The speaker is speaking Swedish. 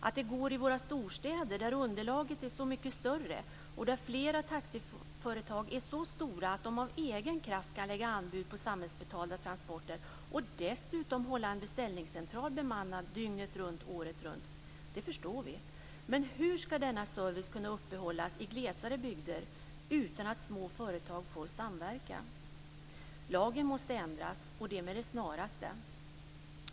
Att det går i våra storstäder, där underlaget är så mycket större och där flera taxiföretag är så stora att de av egen kraft kan lägga anbud på samhällsbetalda transporter och dessutom hålla en beställningscentral bemannad dygnet runt, året runt, det förstår vi. Men hur skall denna service kunna upprätthållas i glesare bygder utan att små företag får samverka? Lagen måste ändras. Och det med det snaraste.